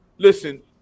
Listen